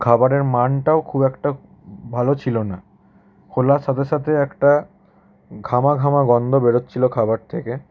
খাবারের মানটাও খুব একটা ভালো ছিলো না খোলার সাথে সাথে একটা ঘামা ঘামা গন্ধ বেরোচ্ছিল খাবার থেকে